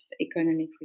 economic